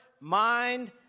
mind